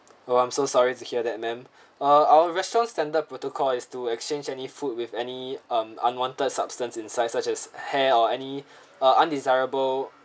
oh I'm so sorry to hear that ma'am ah our restaurant standard protocol is to exchange any food with any um unwanted substance inside such as hair or any ah undesirable